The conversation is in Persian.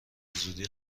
زودی